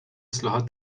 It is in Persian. اصلاحات